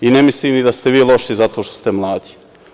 Ne mislim ni da ste vi loši zato što ste mladi.